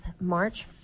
March